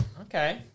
Okay